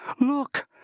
Look